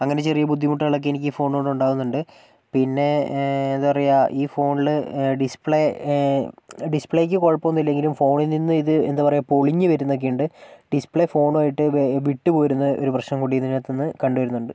അങ്ങനെ ചെറിയ ബുദ്ധിമുട്ടുകളൊക്കെ എനിക്ക് ഈ ഫോണ് കൊണ്ടുണ്ടാകുന്നുണ്ട് പിന്നെ എന്താ പറയുക ഈ ഫോണില് ഡിസ്പ്ലേ ഡിസ്പ്ളേക്ക് കുഴപ്പമൊന്നും ഇല്ലെങ്കിലും ഫോണിൽ നിന്ന് ഇത് എന്താപറയുക പൊളിഞ്ഞുവരുന്നൊക്കെയുണ്ട് ഡിസ്പ്ലേ ഫോണുമായിട്ട് വിട്ടുപോരുന്ന ഒരു പ്രശ്നം കൂടി ഇതിനകത്ത് നിന്ന് കണ്ടുവരുന്നുണ്ട്